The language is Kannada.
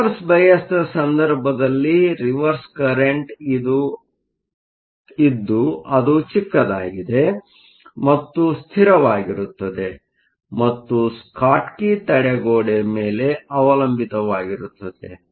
ರಿವರ್ಸ್ಬಯಾಸ್Reverse biasನ ಸಂದರ್ಭದಲ್ಲಿ ರಿವರ್ಸ್ ಕರೆಂಟ್ ಇದ್ದು ಅದು ಚಿಕ್ಕದಾಗಿದೆ ಮತ್ತು ಸ್ಥಿರವಾಗಿರುತ್ತದೆ ಮತ್ತು ಸ್ಕಾಟ್ಕಿ ತಡೆಗೋಡೆ ಮೇಲೆ ಅವಲಂಬಿತವಾಗಿರುತ್ತದೆ